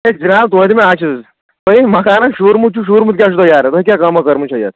ہے جناب ژٕ وَن تہٕ مےٚ اَکھ چیٖز تۄہے یہِ مکانا شوٗرمُت چھُو شوٗرمُت کیٛاہ چھُو تۄہہِ یارٕ تۄہہِ کیٛاہ کٲمہ کٔرمٕژ چھو یَتھ